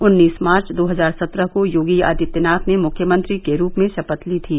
उन्नीस मार्च दो हजार सत्रह को योगी आदित्यनाथ ने मुख्यमंत्री के रूप में शपथ ली थी